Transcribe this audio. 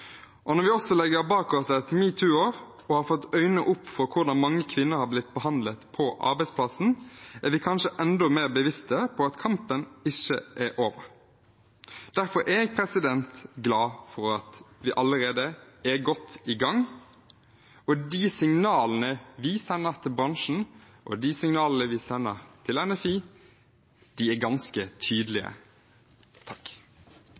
menn. Når vi nå også legger bak oss et metoo-år og har fått øynene opp for hvordan mange kvinner er blitt behandlet på arbeidsplassen, er vi kanskje enda mer bevisste på at kampen ikke er over. Derfor er jeg glad for at vi allerede er godt i gang, og de signalene vi sender til bransjen, og de signalene vi sender til NFI, er ganske tydelige.